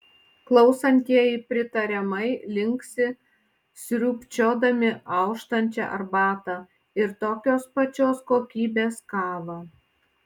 klausantieji pritariamai linksi sriūbčiodami auštančią arbatą ir tokios pačios kokybės kavą